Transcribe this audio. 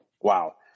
wow